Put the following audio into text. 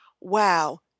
wow